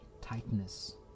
tightness